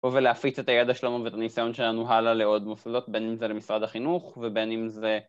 לבוא ולהפיץ את הידע שלנו ואת הניסיון שלנו הלאה לעוד מוסדות בין אם זה למשרד החינוך ובין אם זה